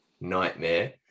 nightmare